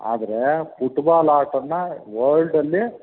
ಆದರೆ ಪುಟ್ಬಾಲ್ ಆಟವನ್ನು ವರ್ಲ್ಡಲ್ಲಿ